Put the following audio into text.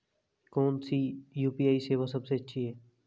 कौन सी यू.पी.आई सेवा सबसे अच्छी है?